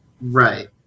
Right